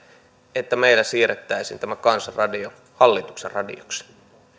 että meillä siirrettäisiin tämä kansan radio hallituksen radioksi